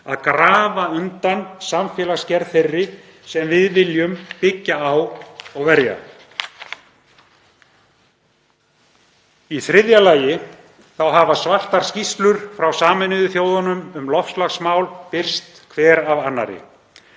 að grafa undan samfélagsgerð þeirri sem við viljum byggja á og verja. Í þriðja lagi hafa svartar skýrslur frá Sameinuðu þjóðunum um loftslagsmál birst hver af annarri.